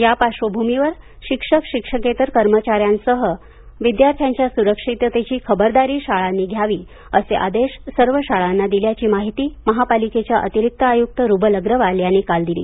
त्या पार्श्वभूमीवर शिक्षकशिक्षकेतर कर्मचाऱ्यांसह विद्यार्थ्यांच्या सुरक्षिततेची खबरदारी शाळांनी घ्यावी असे आदेश सर्व शाळांना दिल्याची माहिती महापालिकेच्या अतिरिक्त आयुक्त रुबल अग्रवाल यांनी काल दिली